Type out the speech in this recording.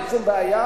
אין שום בעיה,